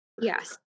Yes